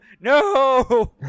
No